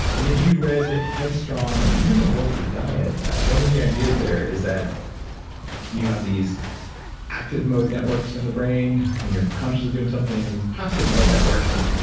and if you've read head strong and even the bulletproof diet one of the ideas there is that you have these active mode networks in the brain when you're consciously doing something and these passive mode networks and,